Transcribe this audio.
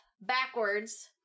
backwards